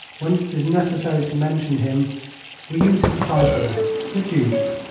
when it is necessary to mention him we use his title the duke.